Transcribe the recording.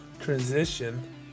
transition